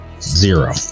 zero